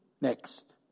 next